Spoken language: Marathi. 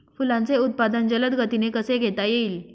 फुलांचे उत्पादन जलद गतीने कसे घेता येईल?